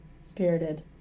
spirited